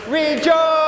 Rejoice